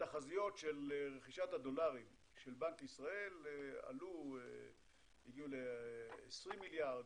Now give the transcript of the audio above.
התחזיות של רכישת הדולרים של בנק ישראל עלו והגיעו ל-20 מיליארד,